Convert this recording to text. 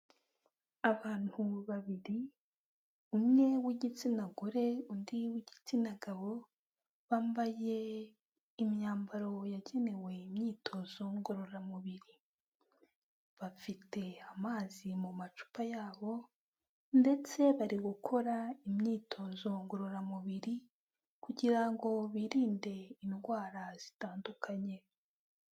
Abantu babiri umwe w'igitsina gore undi w'igitsina gabo, bambaye imyambaro yagenewe imyitozo ngororamubiri, bafite amazi mu macupa yabo, ndetse bari gukora imyitozo ngororamubiri, kugira ngo birinde indwara zitandukanye.